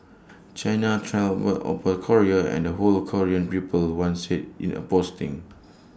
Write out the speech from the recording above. China trampled upon Korea and the whole Korean people one said in A posting